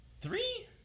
three